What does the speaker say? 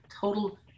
total